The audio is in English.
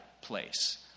place